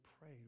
pray